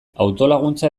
autolaguntza